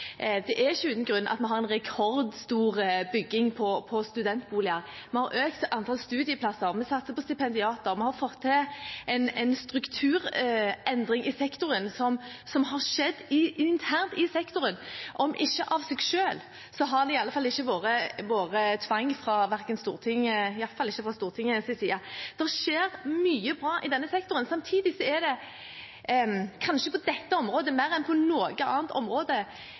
Det er ikke uten grunn at vi har en rekordstor bygging av studentboliger. Vi har økt antall studieplasser. Vi satser på stipendiater. Vi har fått til en strukturendring i sektoren, som har skjedd internt i sektoren – om ikke av seg selv, så har det ikke vært tvang, iallfall ikke fra Stortingets side. Det skjer mye bra i denne sektoren. Samtidig må det – kanskje mer på dette området enn på noe annet område